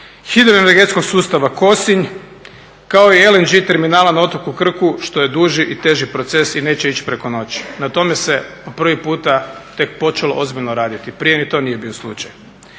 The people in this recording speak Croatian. hidroenergetskog sustava Kosinj kao i LNG terminala na otoku Krku što je duži i teži proces i neće ići preko noći. Na tome se prvi puta tek počelo ozbiljno raditi. Prije ni to nije bio slučaj.